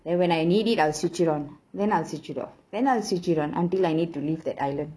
then when I need it I will switch it on then I'll switch it off then I'll switch it on until I need to leave that island